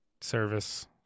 service